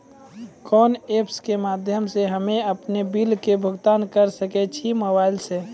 कोना ऐप्स के माध्यम से हम्मे अपन बिल के भुगतान करऽ सके छी मोबाइल से?